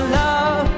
love